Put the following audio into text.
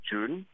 June